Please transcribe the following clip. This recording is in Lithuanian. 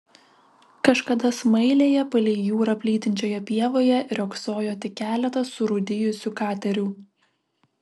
kažkada smailėje palei jūrą plytinčioje pievoje riogsojo tik keletas surūdijusių katerių